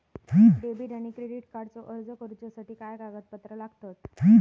Debit आणि credit कार्डचो अर्ज करुच्यासाठी काय कागदपत्र लागतत?